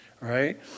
right